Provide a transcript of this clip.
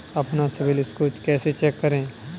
अपना सिबिल स्कोर कैसे चेक करें?